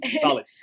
Solid